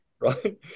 right